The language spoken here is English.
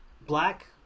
Black